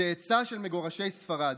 צאצא של מגורשי ספרד,